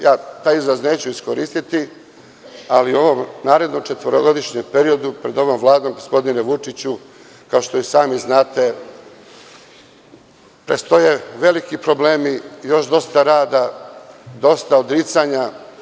Ja taj izraz neću iskoristiti, ali u narednom četvorogodišnjem periodu pred ovom vladom, gospodine Vučiću, kao što i sami znate predstoje veliki problemi još dosta rada, dosta odricanja.